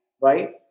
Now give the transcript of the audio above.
Right